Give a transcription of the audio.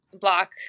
block